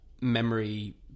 memory